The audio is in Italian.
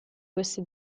questi